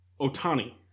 Otani